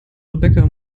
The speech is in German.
rebecca